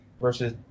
versus